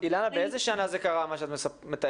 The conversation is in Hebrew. אילנה, באיזה שנה זה קרה, מה שאת מתארת?